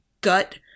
gut